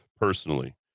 personally